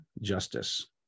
Justice